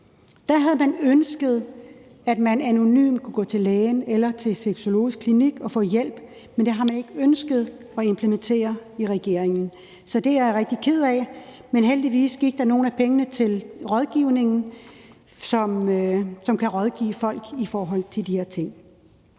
Der havde vi ønsket, at man anonymt kunne gå til lægen eller til en sexologisk klinik og få hjælp, men det har man ikke ønsket at implementere i regeringen. Så det er jeg rigtig ked af. Men heldigvis gik nogle af pengene til rådgivning, som kan rådgive folk i forhold til de her ting.